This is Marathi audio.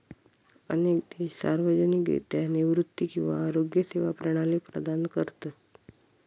अनेक देश सार्वजनिकरित्या निवृत्ती किंवा आरोग्य सेवा प्रणाली प्रदान करतत